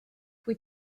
pwy